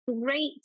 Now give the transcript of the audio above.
great